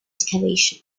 excavation